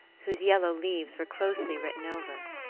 whose yellow leaves were closely written over.